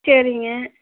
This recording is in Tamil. சரிங்க